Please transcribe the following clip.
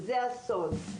זה הסוד.